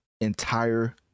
entire